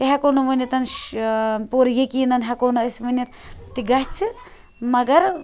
تہِ ہیٚکو نہٕ ؤنِتھ پوٗرٕ یقیناً ہیٚکو نہٕ أسۍ ؤنِتھ تہِ گَژھِ مَگَر